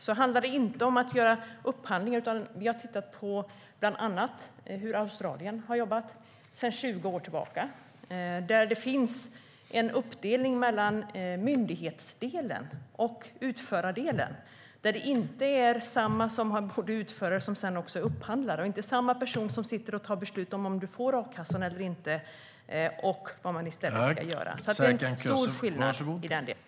Det handlar inte om att göra upphandlingar, utan vi har tittat bland annat på hur Australien har jobbat sedan 20 år tillbaka. Där finns en uppdelning mellan myndighetsdelen och utförardelen. Det är inte samma utförare som sedan också upphandlar och inte samma person som sitter och fattar beslut om huruvida man får a-kassa eller inte och vad man i stället ska göra. Det är stor skillnad i den delen.